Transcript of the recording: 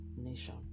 nation